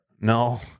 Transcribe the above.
no